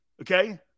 Okay